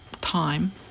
time